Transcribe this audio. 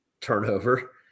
turnover